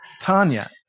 Tanya